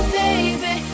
baby